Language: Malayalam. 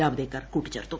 ജാവദേക്കർ കൂട്ടിച്ചേർത്തു